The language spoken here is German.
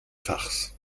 fachs